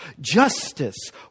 Justice